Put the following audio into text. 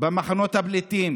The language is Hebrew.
במחנות הפליטים,